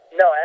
no